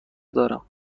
دارم